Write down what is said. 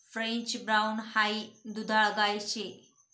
French brown हाई दुधाळ गाय शे